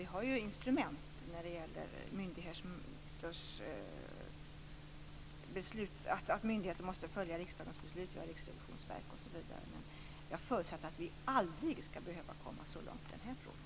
Vi har instrument när det gäller att myndigheter måste följa riksdagens beslut. Vi har Riksrevisionsverket, osv. Men jag förutsätter att vi aldrig skall behöva komma så långt i den här frågan.